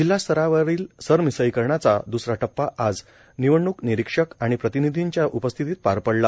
जिल्हास्तरावरील सरमिसळीकरणाचा द्रसरा टप्पा आज निवडणूक निरीक्षक आणि प्रतिनिधींच्या उपस्थितीत पार पडला